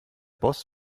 boss